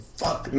fuck